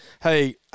hey